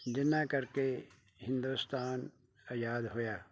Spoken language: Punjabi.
ਜਿਨ੍ਹਾਂ ਕਰਕੇ ਹਿੰਦੁਸਤਾਨ ਆਜ਼ਾਦ ਹੋਇਆ